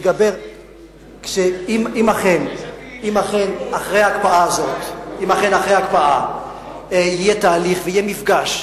אם אכן אחרי ההקפאה יהיה תהליך ויהיה מפגש,